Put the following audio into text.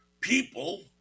people